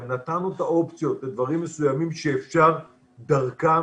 גם נתנו את האופציות לדברים מסוימים שאפשר דרכם